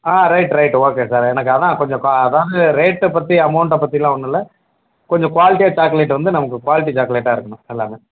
ஆ right right okay sir எனக்கு அதுதான் கொஞ்சம் கா அதாவது ரேட்டை பற்றி அமௌண்ட்டை பற்றில்லாம் ஒன்னுமில்ல கொஞ்சம் குவாலிட்டியாக சாக்லேட் வந்து நமக்கு குவாலிட்டி சாக்லேட்டாக இருக்கணும் எல்லாமே